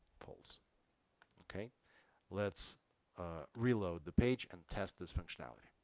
polls okay let's reload the page and test this functionality